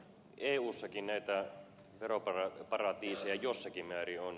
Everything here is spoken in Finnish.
eussakin näitä veroparatiiseja jossakin määrin on